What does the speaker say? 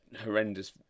horrendous